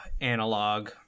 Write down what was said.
Analog